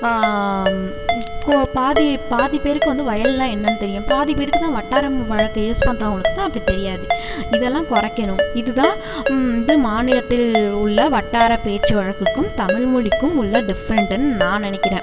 இப்போ பாதி பாதி பேருக்கு வந்து வயல்னால் என்னன்னு தெரியும் பாதி பேருக்கு தான் வட்டாரம் வழக்க யூஸ் பண்ணுறவங்களுக்கு தான் அப்படி தெரியாது இதெல்லாம் குறைக்கணும் இது தான் வந்து மாநிலத்தில் உள்ள வட்டார பேச்சு வழக்குக்கும் தமிழ்மொலிக்கும் உள்ள டிஃப்ரெண்ட்டுன்னு நான் நினைக்கிறேன்